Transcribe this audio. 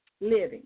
living